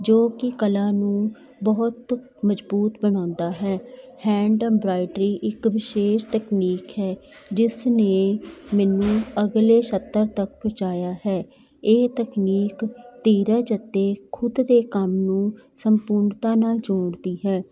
ਜੋ ਕਿ ਕਲਾ ਨੂੰ ਬਹੁਤ ਮਜ਼ਬੂਤ ਬਣਾਉਂਦਾ ਹੈ ਹੈਂਡ ਐਮਬਰਾਇਡਰੀ ਇੱਕ ਵਿਸ਼ੇਸ਼ ਤਕਨੀਕ ਹੈ ਜਿਸ ਨੇ ਮੈਨੂੰ ਅਗਲੇ ਸਤਰ ਤੱਕ ਪਹੁੰਚਾਇਆ ਹੈ ਇਹ ਤਕਨੀਕ ਧੀਰਜ ਅਤੇ ਖੁਦ ਦੇ ਕੰਮ ਨੂੰ ਸੰਪੂਰਨਤਾ ਨਾਲ ਜੋੜਦੀ ਹੈ